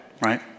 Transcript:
right